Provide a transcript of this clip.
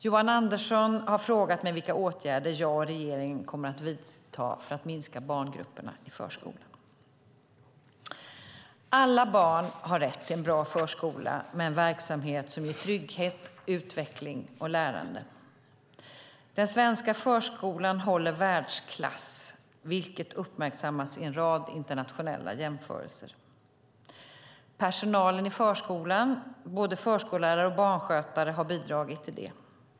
Johan Andersson har frågat mig vilka åtgärder jag och regeringen kommer att vidta för att minska barngrupperna i förskolan. Alla barn har rätt till en bra förskola med en verksamhet som ger trygghet, utveckling och lärande. Den svenska förskolan håller världsklass, vilket har uppmärksammats i en rad internationella jämförelser. Personalen i förskolan, både förskollärare och barnskötare, har bidragit till det.